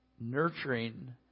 nurturing